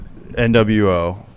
NWO